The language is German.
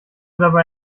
dabei